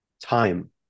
time